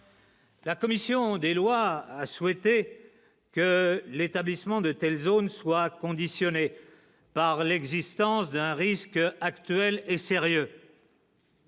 La commission des lois a souhaité que l'établissement de telles zones soit conditionné par l'existence d'un risque actuel et sérieux.